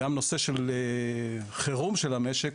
בנוסף, גם נושא של חירום של המשק,